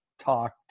talk